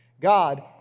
God